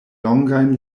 longajn